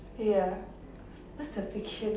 ya what's a fiction